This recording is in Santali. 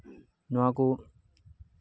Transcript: ᱱᱚᱣᱟ ᱠᱚ